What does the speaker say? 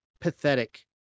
pathetic